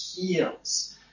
heals